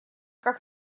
как